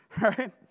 right